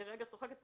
לרגע צוחקת: